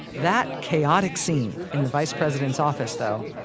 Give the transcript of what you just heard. that chaotic scene in the vice president's office though,